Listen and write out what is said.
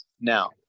now